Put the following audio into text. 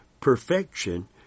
perfection